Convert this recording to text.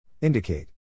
Indicate